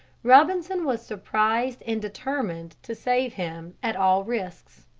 robinson was surprised and determined to save him at all risks.